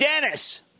Dennis